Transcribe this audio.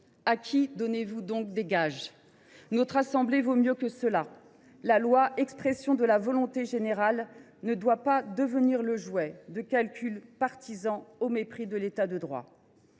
À qui donnez vous donc des gages ? Notre assemblée vaut mieux que cela. La loi, qui est l’expression de la volonté générale, ne doit pas devenir le jouet de calculs partisans au mépris de l’État de droit.